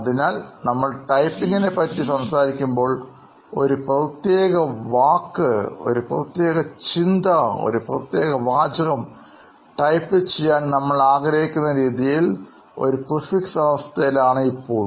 അതിനാൽ നമ്മൾ ടൈപ്പിംഗ്നെക്കുറിച്ച് സംസാരിക്കുമ്പോൾ ഒരു പ്രത്യേക വാക്ക് ഒരു പ്രത്യേക ചിന്ത ഒരു പ്രത്യേക വാചകം ടൈപ്പ് ചെയ്യാൻ നമ്മൾ ആഗ്രഹിക്കുന്ന രീതിയിൽ ഒരു പ്രിഫിക്സ് അവസ്ഥയിലാണ് ഇപ്പോൾ